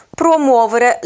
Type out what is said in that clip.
promuovere